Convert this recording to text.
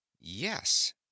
Yes